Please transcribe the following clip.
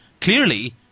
Clearly